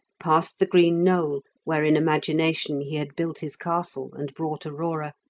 past the green knoll where in imagination he had built his castle and brought aurora,